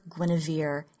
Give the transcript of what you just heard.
Guinevere